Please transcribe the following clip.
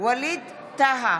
ווליד טאהא,